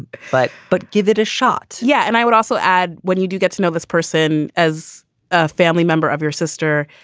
but but give it a shot. yeah. and i would also add, when you do get to know this person as a family member of your sister,